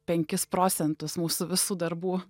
penkis procentus mūsų visų darbų